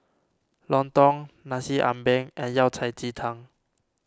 Lontong Nasi Ambeng and Yao Cai Ji Tang